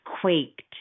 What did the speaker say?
quaked